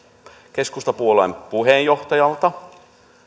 keskustapuolueen puheenjohtajalta